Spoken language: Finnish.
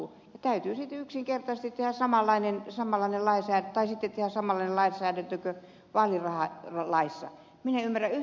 täytyy sitten yksinkertaisesti tehdä samanlainen lainsäädäntö tai sitten samanlainen kuin vaalirahalaissa josta minä en ymmärrä yhtään mitään